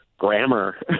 grammar